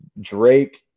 Drake